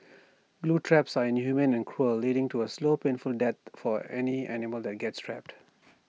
glue traps are inhumane and cruel leading to A slow painful death for any animal that gets trapped